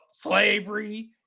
slavery